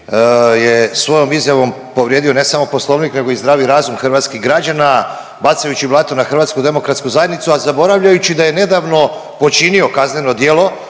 je svojom izjavom povrijedio ne samo Poslovnik nego i zdravi razum hrvatskih građana bacajući blato na HDZ, a zaboravljajući da je nedavno počinio kazneno djelo